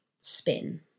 spin